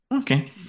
Okay